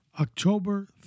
October